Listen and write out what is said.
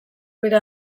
bere